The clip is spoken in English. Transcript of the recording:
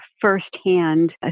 firsthand